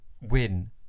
win